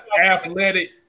athletic